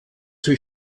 sie